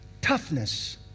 toughness